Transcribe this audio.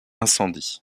incendie